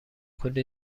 کلی